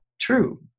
true